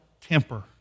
temper